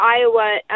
Iowa